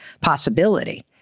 possibility